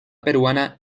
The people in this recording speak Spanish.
peruana